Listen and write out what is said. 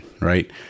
Right